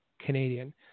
Canadian